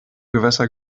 gewässer